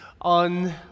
on